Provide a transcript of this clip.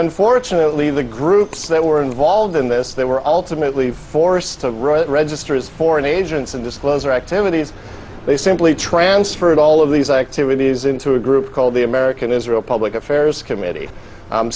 unfortunately the groups that were involved in this they were ultimately forced to register as foreign agents and disclose their activities they simply transferred all of these activities into a group called the american israel public affairs committee